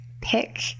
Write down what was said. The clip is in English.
pick